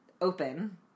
open